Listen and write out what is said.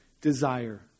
desire